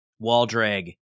waldreg